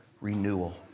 renewal